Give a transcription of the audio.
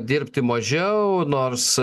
dirbti mažiau nors